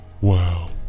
Wow